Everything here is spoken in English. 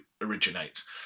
originates